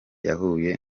yahuye